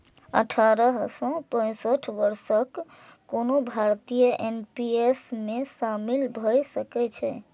अठारह सं पैंसठ वर्षक कोनो भारतीय एन.पी.एस मे शामिल भए सकै छै